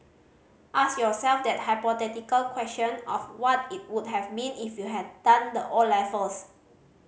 ask yourself that hypothetical question of what it would have been if you had done the O levels